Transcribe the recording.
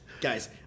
Guys